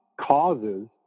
causes